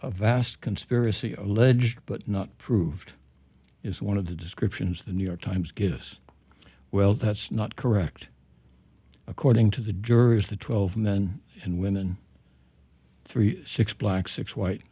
a vast conspiracy alleged but not proved is one of the descriptions the new york times give us well that's not correct according to the jurors the twelve men and women three six black six white